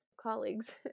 colleagues